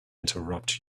interrupt